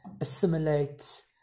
assimilate